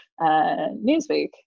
newsweek